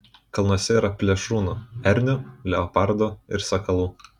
kalnuose yra plėšrūnų ernių leopardų ir sakalų